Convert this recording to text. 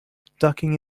ducking